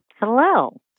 Hello